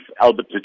Albert